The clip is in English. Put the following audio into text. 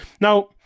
Now